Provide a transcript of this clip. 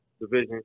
division